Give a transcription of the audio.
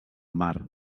mar